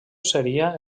seria